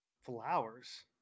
Flowers